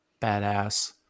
badass